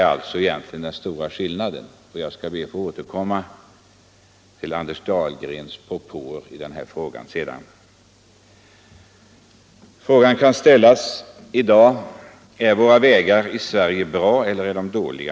Jag ber att senare få återkomma till vad herr Dahlgren sade i denna fråga. Man kan ställa frågan: Är vägarna i Sverige bra eller är de dåliga?